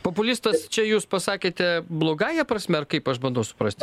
populistas čia jūs pasakėte blogąja prasme ar kaip aš bandau suprasti